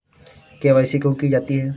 KYC क्यों की जाती है?